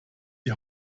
die